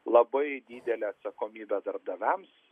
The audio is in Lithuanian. labai didelę atsakomybę darbdaviams